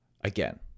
Again